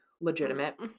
legitimate